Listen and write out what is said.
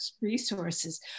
resources